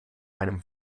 einem